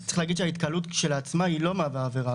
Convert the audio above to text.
צריך להגיד שההתקהלות כשלעצמה לא מהווה עבירה,